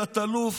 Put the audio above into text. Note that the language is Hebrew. תת-אלוף,